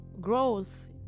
Growth